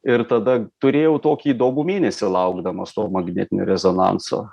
ir tada turėjau tokį įdomų mėnesį laukdamas to magnetinio rezonanso